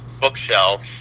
bookshelf